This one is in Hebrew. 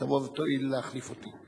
תואיל לבוא ולהחליף אותי.